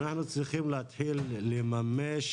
אנחנו צריכים להתחיל לממש